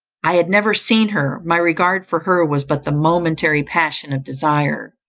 i had never seen her my regard for her was but the momentary passion of desire,